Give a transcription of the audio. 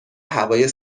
هوای